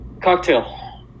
Cocktail